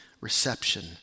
reception